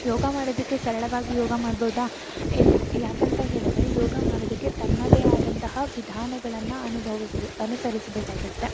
ಯೋಗ ಮಾಡೋದಕ್ಕೆ ಸರಳವಾಗಿ ಯೋಗ ಮಾಡ್ಬೋದಾ ಇಲ್ಲ ಯಾಕಂತ ಹೇಳಿದರೆ ಯೋಗ ಮಾಡೋದಕ್ಕೆ ತನ್ನದೇ ಆದಂತಹ ವಿಧಾನಗಳನ್ನು ಅನುಭವಿಸ್ಬೆ ಅನುಸರಿಸ್ಬೇಕಾಗುತ್ತೆ